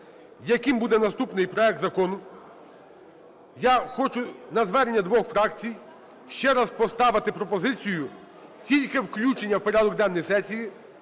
яким буде наступний проект закону, я хочу на звернення двох фракцій ще раз поставити пропозицію тільки включення в порядок денний сесії